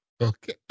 okay